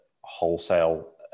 wholesale